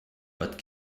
but